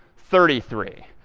thirty three.